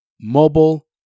mobile